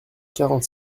quarante